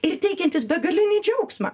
ir teikiantis begalinį džiaugsmą